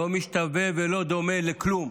לא משתווה, ולא דומה לכלום.